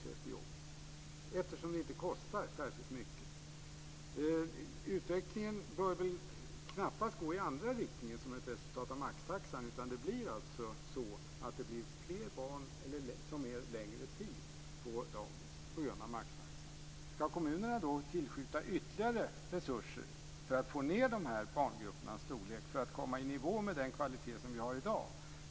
Då hinner de kanske också att gå och handla efter jobbet. Utvecklingen bör knappast gå i andra riktningen som ett resultat av maxtaxan, utan det blir alltså fler barn som vistas längre tid på dagis. Ska kommunerna då tillskjuta ytterligare resurser för att få ned barngruppernas storlek och för att komma i nivå med den kvalitet som vi har i dag?